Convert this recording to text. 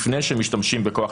לפני שמשתמשים בכוח,